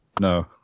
No